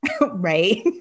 Right